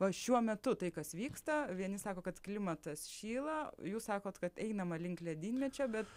o šiuo metu tai kas vyksta vieni sako kad klimatas šyla jūs sakot kad einama link ledynmečio bet